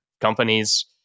companies